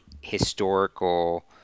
historical